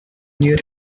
near